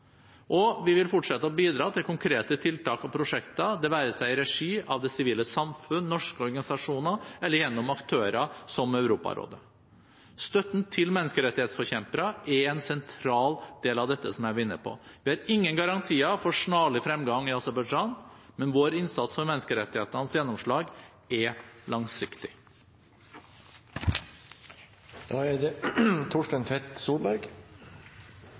Og vi vil fortsette å bidra til konkrete tiltak og prosjekter, det være seg i regi av det sivile samfunn, norske organisasjoner eller gjennom aktører som Europarådet. Støtten til menneskerettighetsforkjempere er en sentral del av dette, som jeg var inne på. Vi har ingen garantier for snarlig fremgang i Aserbajdsjan – men vår innsats for menneskerettighetenes gjennomslag er